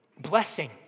blessing